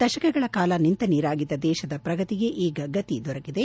ದಶಕಗಳ ಕಾಲ ನಿಂತ ನೀರಾಗಿದ್ದ ದೇಶದ ಪ್ರಗತಿಗೆ ಈಗ ಗತಿ ದೊರಕಿದೆ